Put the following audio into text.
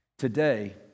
Today